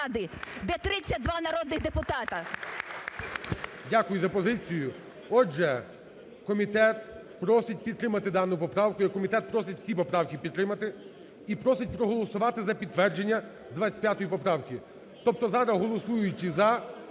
Дякую за позицію. Отже, комітет просить підтримати дану поправку, і комітет просить всі поправки підтримати, і просить проголосувати за підтвердження 25 поправки. Тобто зараз, голосуючи "за",